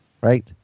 Right